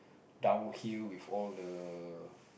downhill with all the